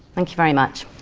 thank you very much.